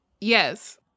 Yes